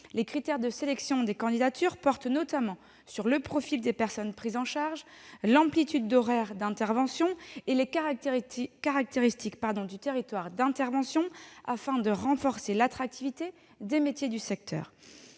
Les critères de sélection des candidatures portent notamment sur le profil des personnes prises en charge, l'amplitude horaire d'intervention et les caractéristiques du territoire d'intervention, afin de renforcer l'attractivité des métiers du secteur.